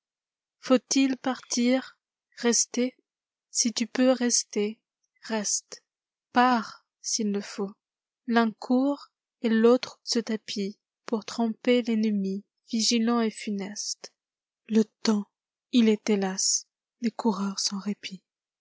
faut-il partir rester si tu peux rester reste pars s'il le faut l'un court et l'autre se tapitpour tromper l'ennemi vigilant et funeste le temps il est hélas des coureurs sans répit